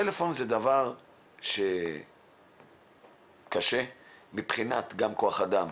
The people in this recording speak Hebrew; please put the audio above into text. טלפון זה דבר שקשה ליישום גם מבחינת כח אדם.